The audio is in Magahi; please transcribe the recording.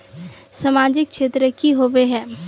सामाजिक क्षेत्र की होबे है?